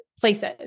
places